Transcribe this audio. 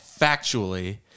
factually